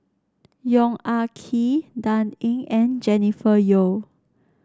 Yong Ah Kee Dan Ying and Jennifer Yeo